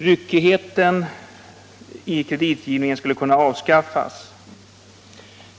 Ryckigheten i kreditgivningen skulle kunna avskaffas.